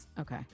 okay